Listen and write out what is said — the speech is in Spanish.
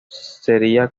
sería